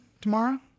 tomorrow